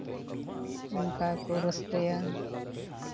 ᱚᱱᱠᱟ ᱜᱮᱠᱚ ᱨᱟᱹᱥᱠᱟᱹᱭᱟ